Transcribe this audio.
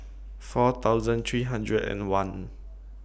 four thousand three hundred and one